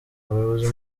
abayobozi